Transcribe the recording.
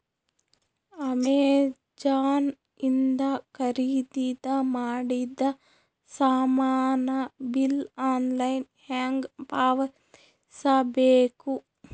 Amazon ಇಂದ ಖರೀದಿದ ಮಾಡಿದ ಸಾಮಾನ ಬಿಲ್ ಆನ್ಲೈನ್ ಹೆಂಗ್ ಪಾವತಿಸ ಬೇಕು?